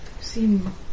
seem